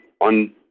on